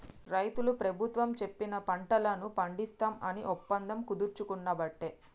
రైతులు ప్రభుత్వం చెప్పిన పంటలను పండిస్తాం అని ఒప్పందం కుదుర్చుకునబట్టే